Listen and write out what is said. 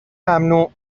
ممنوع